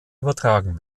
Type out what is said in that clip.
übertragen